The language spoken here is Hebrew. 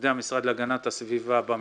עובדי המשרד להגנת הסביבה במחוזות,